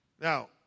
Now